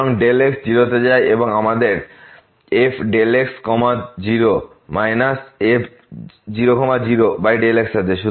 সুতরাং x 0 তে যায় এবং আমাদের fΔx 0 f 00Δxআছে